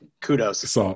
Kudos